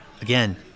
Again